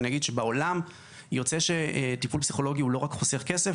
אני אגיד שבעולם יוצא שטיפול פסיכולוגי הוא לא רק חוסך כסף,